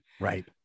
Right